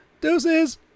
Deuces